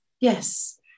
yes